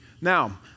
Now